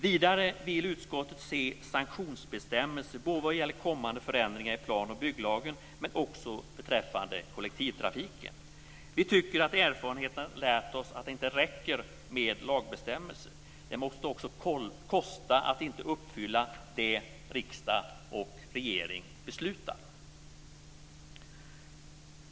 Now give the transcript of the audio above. Vidare vill utskottet se sanktionsbestämmelser både vad gäller kommande förändringar i plan och bygglagen och också beträffande kollektivtrafiken. Vi tycker att erfarenheten lärt oss att det inte räcker med lagbestämmelser. Det måste också kosta att inte uppfylla det som regering och riksdag beslutar.